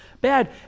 bad